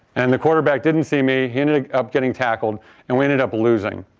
and the quarterback didn't see me, he ended up getting tackled and we ended up losing.